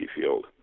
field